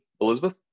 Elizabeth